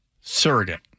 Surrogate